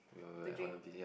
to drink